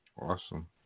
Awesome